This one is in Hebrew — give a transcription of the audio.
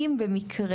אם במקרה,